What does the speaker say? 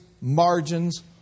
margins